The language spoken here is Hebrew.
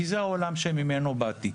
כי זה העולם ממנו באתי.